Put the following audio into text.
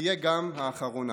שתהיה גם האחרונה.